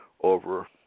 over